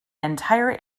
entire